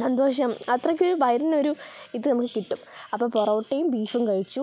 സന്തോഷം അത്രയ്ക്കൊരു വയറിന് ഒരു ഇത് നമുക്ക് കിട്ടും അപ്പോൾ പൊറോട്ടയും ബീഫും കഴിച്ചു